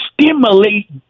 stimulate